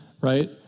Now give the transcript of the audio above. right